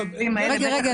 רגע,